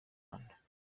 rwanda